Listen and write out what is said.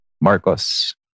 Marcos